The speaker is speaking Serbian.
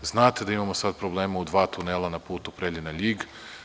Znate da imamo sada problema u dva tunela na putu Preljina – Ljig.